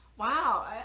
Wow